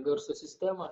garso sistema